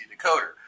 decoder